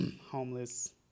homeless